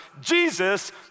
Jesus